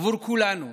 עבור כולנו,